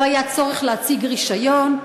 לא היה צורך להציג רישיון.